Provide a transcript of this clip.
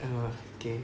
I know ah okay